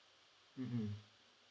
mmhmm